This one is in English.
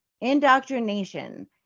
Indoctrination